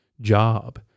job